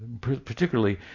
Particularly